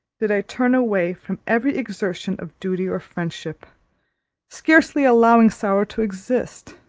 did i turn away from every exertion of duty or friendship scarcely allowing sorrow to exist